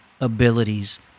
abilities